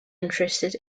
interested